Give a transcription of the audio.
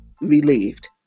relieved